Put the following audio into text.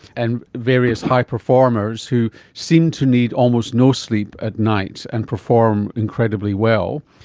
and various high-performers who seem to need almost no sleep at night and perform incredibly well,